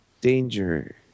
Danger